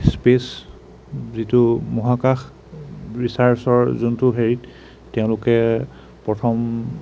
space যিটো মহাকাশ ৰীচাৰ্চৰ যোনটো হেৰিত তেওঁলোকে প্ৰথম